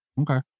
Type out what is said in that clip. Okay